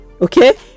okay